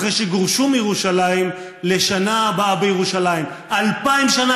אחרי שגורשו מירושלים: "לשנה הבאה בירושלים" אלפיים שנה,